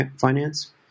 finance